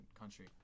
country